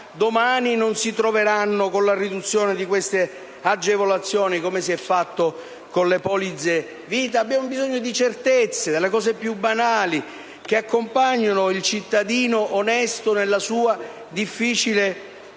domani non si troveranno con la riduzione di queste agevolazioni, come si è fatto con le polizze vita? Abbiamo bisogno di certezze, delle cose più banali, che accompagnino il cittadino onesto nella sua difficile vita